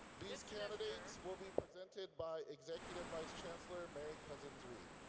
these candidates will be presented by executive vice chancellor mary coussons-read.